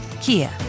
Kia